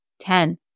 Ten